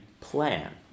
plan